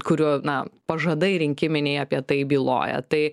kurių na pažadai rinkiminiai apie tai byloja tai